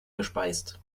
gespeist